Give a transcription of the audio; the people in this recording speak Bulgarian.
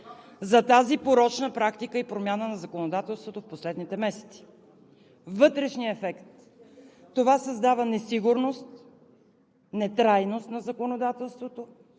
за тази порочна практика и промяна на законодателството в последните месеци. Вътрешният ефект – това създава несигурност, нетрайност на законодателството,